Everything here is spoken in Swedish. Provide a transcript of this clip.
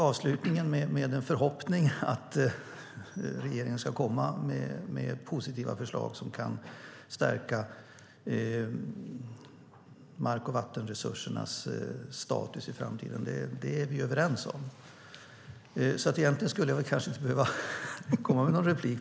Avslutningen med förhoppningen att regeringen ska komma med positiva förslag som kan stärka mark och vattenresursernas status i framtiden är vi överens om. Egentligen skulle jag kanske inte behöva komma med någon replik.